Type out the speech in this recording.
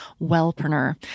wellpreneur